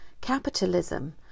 Capitalism